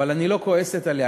אבל אני לא כועסת עליה,